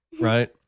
right